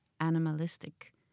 animalistic